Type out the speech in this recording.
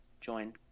join